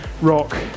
rock